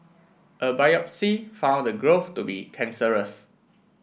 a biopsy found the growth to be cancerous